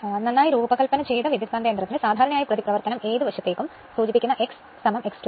നന്നായി രൂപകൽപ്പന ചെയ്ത ട്രാൻസ്ഫോർമറിന് സാധാരണയായി പ്രതിപ്രവർത്തനം ഏത് വശത്തേക്കും സൂചിപ്പിക്കുന്ന X1 X2 ആണ്